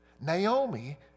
Naomi